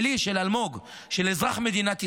של אלמוג, של אזרח מדינת ישראל.